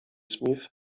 smith